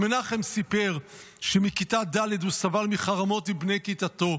אז מנחם סיפר שמכיתה ד' הוא סבל מחרמות מבני כיתתו,